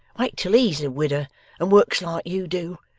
wait till he's a widder and works like you do,